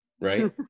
right